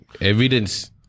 evidence